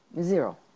Zero